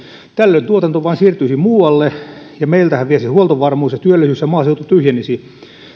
tällöin tuotanto vain siirtyisi muualle ja meiltä häviäisi huoltovarmuus ja työllisyys ja maaseutu tyhjenisi